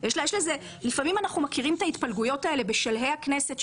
אנחנו מכירים את ההתפלגויות האלו בשלהי הכנסת,